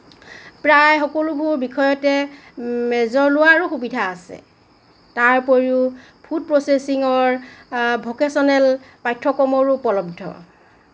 প্ৰায় সকলোবোৰ বিষয়তে মেজৰ লোৱাৰো সুবিধা আছে তাৰ উপৰিও ফুড প্ৰচেছিঙৰ ভকেচনেল পাঠ্যক্ৰমৰো উপলব্ধ